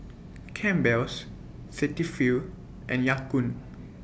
Campbell's Cetaphil and Ya Kun